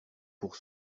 pour